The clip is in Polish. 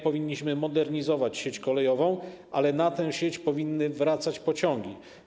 Powinniśmy modernizować sieć kolejową, ale na tę sieć powinny wracać pociągi.